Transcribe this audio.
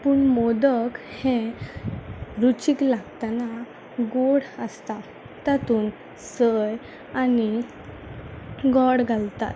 पूण मोदक हें रुचीक लागतना गोड आसता तातूंत सय आनी गोड घालतात